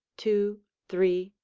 two, three,